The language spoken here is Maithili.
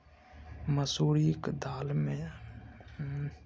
मसुरीक दालि मे बड़ ताकत होए छै